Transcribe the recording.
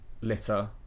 litter